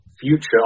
future